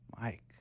Mike